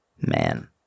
Man